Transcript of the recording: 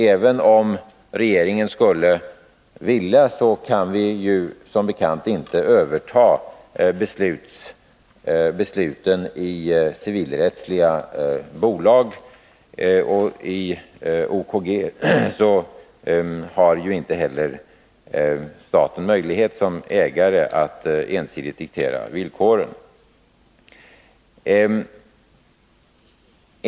Även om regeringen skulle vilja, kan den som bekant inte överta beslutsfattandet i civilrättsliga bolag. I OKG har staten inte heller möjlighet att som ägare ensidigt diskutera villkoren.